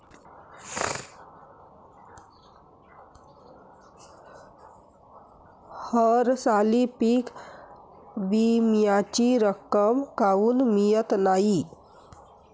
हरसाली पीक विम्याची रक्कम काऊन मियत नाई?